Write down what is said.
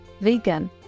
vegan